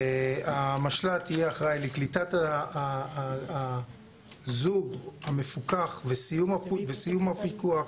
המשל"ט יהיה אחראי לקליטת הזוג המפוקח וסיום הפיקוח,